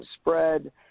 spread